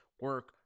Work